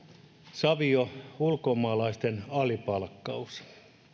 savio ulkomaalaisten alipalkkaus